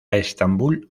estambul